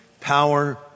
power